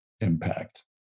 impact